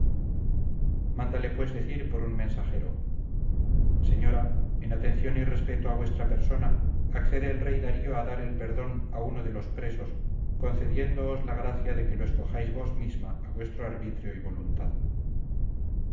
mándale pues decir por un mensajero señora en atención y respeto a vuestra persona accede el rey darío a dar el perdón a uno de los presos concediéndoos la gracia de que lo escojáis vos misma a vuestro arbitrio y voluntad